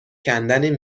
کندن